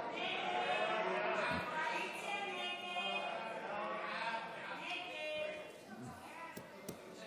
הצעת סיעת יש עתיד-תל"ם להביע אי-אמון בממשלה לא